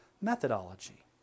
methodology